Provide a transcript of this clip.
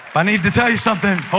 i need to tell you something.